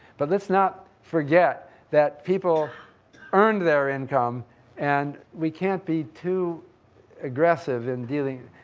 but let's not forget that people earned their income and we can't be to aggressive in dealing.